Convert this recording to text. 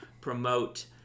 promote